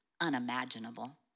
unimaginable